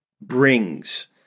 brings